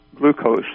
glucose